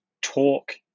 talk